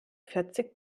vierzig